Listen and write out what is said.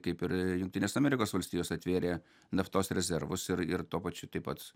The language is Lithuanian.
kaip ir jungtinės amerikos valstijos atvėrė naftos rezervus ir ir tuo pačiu tai pat